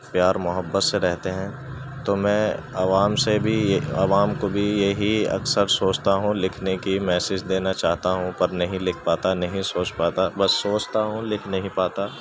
پیار محبت سے رہتے ہیں تو میں عوام سے بھی عوام کو بھی یہی اکثر سوچتا ہوں لکھنے کی میسج دینا چاہتا ہوں پر نہیں لکھ پاتا نہیں سوچ پاتا بس سوچتا ہوں لکھ نہیں پاتا